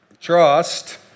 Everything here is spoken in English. trust